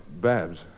Babs